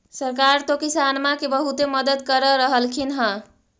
सरकार तो किसानमा के बहुते मदद कर रहल्खिन ह?